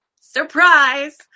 surprise